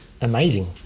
amazing